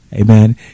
amen